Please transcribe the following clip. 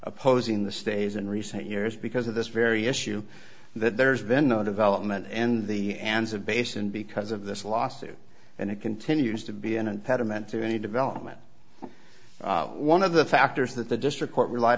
opposing the stays in recent years because of this very issue that there's been no development and the hands of base and because of this lawsuit and it continues to be an impediment to any development one of the factors that the district court relied